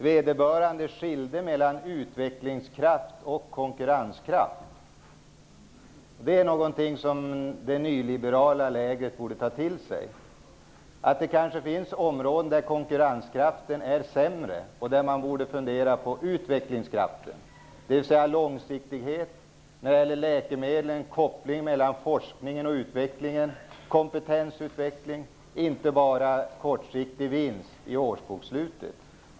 Vederbörande skilde mellan utvecklingskraft och konkurrenskraft. Det är något som det nyliberala lägret borde ta till sig. Det kanske finns områden där konkurrenskraften är sämre och där man borde i stället fundera på utvecklingskraften, dvs. långsiktighet. I fråga om läkemedel gäller det kopplingen mellan forskningen och utvecklingen. Sedan är det också kompetensutvecklingen, inte bara en kortsiktig vinst i årsbokslutet.